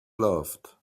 loved